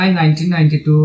1992